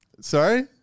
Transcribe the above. sorry